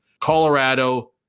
Colorado